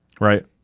Right